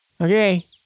Okay